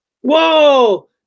Whoa